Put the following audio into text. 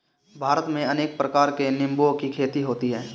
भारत में अनेक प्रकार के निंबुओं की खेती होती है